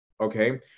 okay